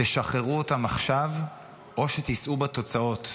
שחררו אותם עכשיו או שתישאו בתוצאות.